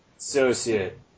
Associate